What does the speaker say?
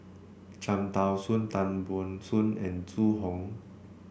Cham Tao Soon Tan Ban Soon and Zhu Hong